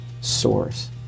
source